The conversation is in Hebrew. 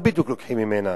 מה בדיוק לוקחים ממנה?